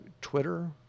Twitter